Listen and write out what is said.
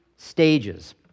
Stages